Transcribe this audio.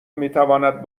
میتواند